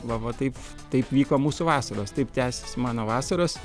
va va taip taip vyko mūsų vasaros taip tęsėsi mano vasaros